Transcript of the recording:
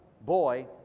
boy